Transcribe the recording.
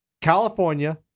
California